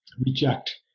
reject